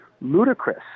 ludicrous